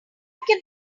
can